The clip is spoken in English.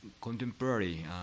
contemporary